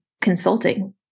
consulting